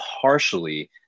partially